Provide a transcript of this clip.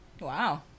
Wow